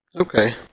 Okay